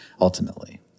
Ultimately